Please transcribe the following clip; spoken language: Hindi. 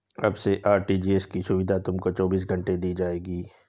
अब से आर.टी.जी.एस की सुविधा तुमको चौबीस घंटे दी जाएगी